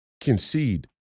concede